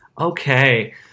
Okay